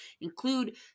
include